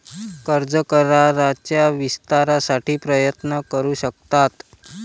कर्ज कराराच्या विस्तारासाठी प्रयत्न करू शकतात